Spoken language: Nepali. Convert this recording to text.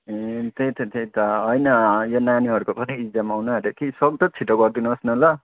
ए त्यही त त्यही त होइन यो नानीहरूको पनि इक्जाम आउनु आँट्यो कि सक्दो छिटो गरिदिनुहोस् न ल